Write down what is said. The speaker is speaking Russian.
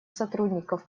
сотрудников